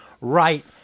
right